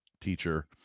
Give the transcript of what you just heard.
teacher